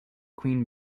queen